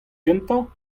kentañ